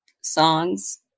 songs